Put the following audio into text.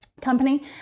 company